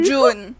June